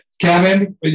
Kevin